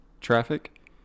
traffic